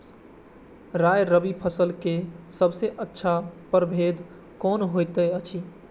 राय रबि फसल के सबसे अच्छा परभेद कोन होयत अछि?